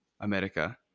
America